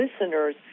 listeners